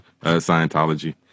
Scientology